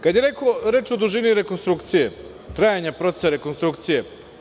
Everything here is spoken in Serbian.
Kada je reč o dužini rekonstrukcije, trajanja procesa rekonstrukcije.